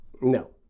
No